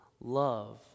love